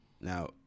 Now